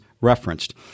referenced